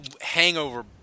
hangover